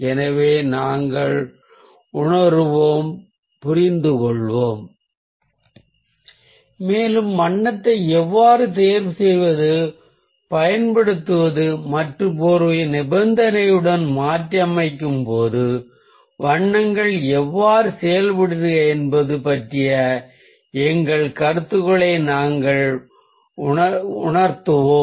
எனவே நாங்கள் உணருவோம் புரிந்துகொள்வோம் மேலும் வண்ணத்தை எவ்வாறு தேர்வு செய்வது பயன்படுத்துவது மற்றும் ஒரு நிபந்தனையுடன் மாற்றியமைக்கும்போது வண்ணங்கள் எவ்வாறு செயல்படுகின்றன என்பது பற்றிய எங்கள் கருத்துக்களை நாங்கள் தெளிவாக உணர்த்துவோம்